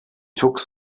took